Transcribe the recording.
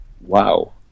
wow